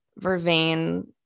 vervain